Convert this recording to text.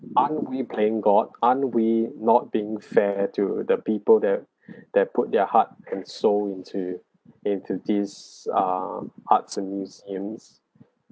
aren't we playing god aren't we not being fair to the people that that put their heart and soul into into these um arts and museums